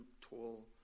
tall